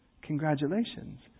Congratulations